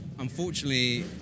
unfortunately